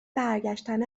برگشتن